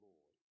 Lord